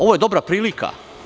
Ovo je dobra prilika.